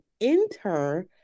enter